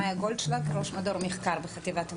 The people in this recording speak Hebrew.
אני ראש מדור מחקר בחטיבת המודיעין.